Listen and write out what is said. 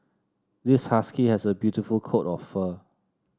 this husky has a beautiful coat of fur